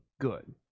good